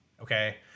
Okay